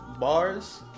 bars